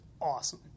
awesome